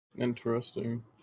Interesting